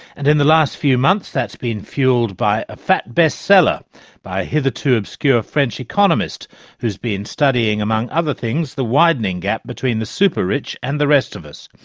and in the last few months that's been fuelled by a fat best-seller by a hitherto obscure french economist who's been studying, among other things, the widening gap between the super-rich and the rest of us.